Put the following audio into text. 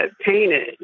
painted